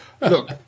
Look